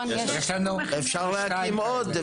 אפשר להקים עוד.